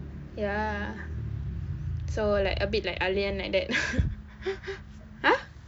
ya so like a bit like ah lian like that !huh!